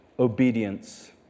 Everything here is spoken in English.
Obedience